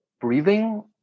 breathing